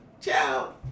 Ciao